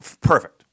perfect